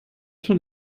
schon